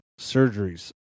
surgeries